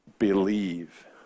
Believe